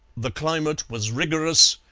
the climate was rigorous,